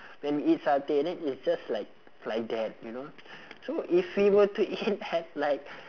when we eat satay then it's just like like that you know so if we were to eat at like